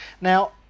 Now